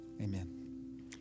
Amen